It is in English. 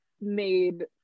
made